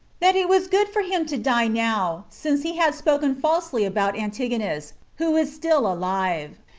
that it was good for him to die now, since he had spoken falsely about antigonus, who is still alive,